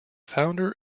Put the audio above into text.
founder